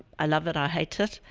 i love it, i hate it.